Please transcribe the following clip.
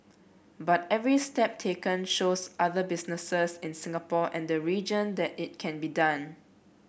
but every step taken shows other businesses in Singapore and the region that it can be done